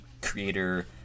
creator